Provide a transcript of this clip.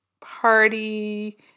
party